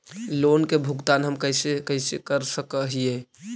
Loan के भुगतान हम कैसे कैसे कर सक हिय?